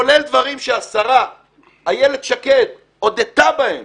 כולל דברים שהשרה איילת שקד הודתה בהם